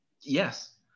Yes